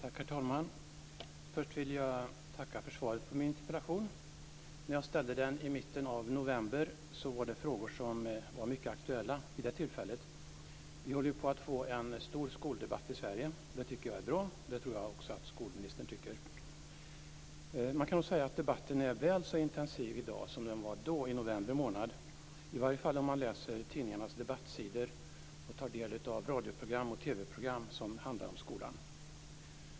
Herr talman! Först vill jag tacka för svaret på min interpellation. När jag ställde den i mitten av november var detta frågor som var mycket aktuella. Vi håller på att få en stor skoldebatt i Sverige och det tycker jag är bra. Det tror jag också att skolministern tycker. Man kan nog säga att debatten är väl så intensiv i dag som den var i november månad, i varje fall om man läser tidningarnas debattsidor och tar del av radioprogram och TV-program som handlar om skolan.